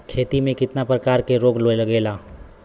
खेती में कितना प्रकार के रोग लगेला?